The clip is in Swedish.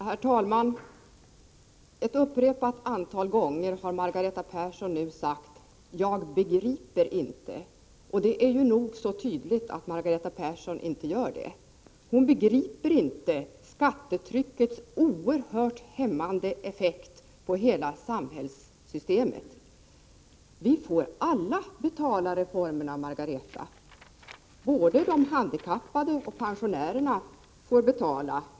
Herr talman! Ett upprepat antal gånger har Margareta Persson nu sagt: Jag begriper inte. Och det är nog så tydligt att hon inte gör det. Hon begriper inte skattetryckets oerhört hämmande effekt på hela samhällssystemet. Vi får alla betala reformerna, Margareta Persson. Även de handikappade och pensionärerna får betala.